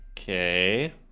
Okay